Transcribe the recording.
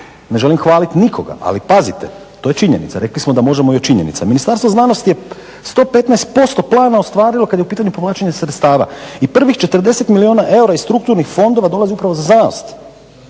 ne želim hvaliti nikoga, ali pazite to je činjenica, rekli smo da možemo i o činjenicama, Ministarstvo znanosti je 115% plana ostvarilo kad je u pitanju povlačenje sredstava. I prvih 40 milijuna eura iz strukturnih fondova dolazi upravo za znanost.